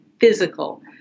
physical